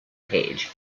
page